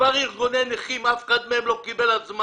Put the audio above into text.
מספר ארגוני נכים ואף אחד מהם לא קיבל הזמנה.